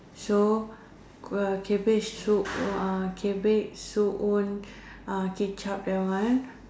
so uh cabbage soup cabbage soup uh ketchup that one